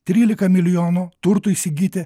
trylika milijonų turtui įsigyti